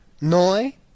Noi